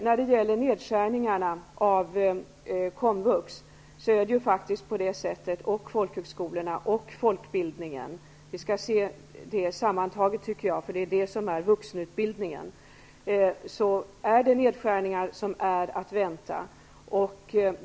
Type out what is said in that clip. När det gäller komvux, folkhögskolorna och folkbildningen, dvs. vuxenutbildningen, är nedskärningar att vänta.